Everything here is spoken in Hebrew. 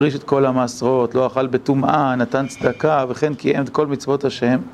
הפריש את כל המעשרות, לא אכל בטומאה, נתן צדקה וכן קיים את כל מצוות השם